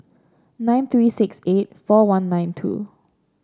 nine three six eight four one nine two